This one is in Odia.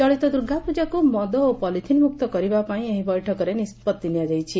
ଚଳିତ ଦୁର୍ଗାପୂଙ୍କାକୁ ମଦ ଓ ପଲିଥିନମ୍ପକ୍ତ କରିବା ପାଇଁ ଏହି ବୈଠକରେ ନିଷ୍ବଉି ନିଆଯାଇଛି